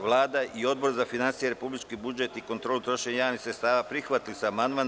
Vlada i Odbora za finansije, republički budžet i kontrolu trošenja javnih sredstava prihvatili su amandman.